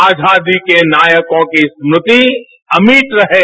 आजादी के नायकों की स्मृति अमिट रहें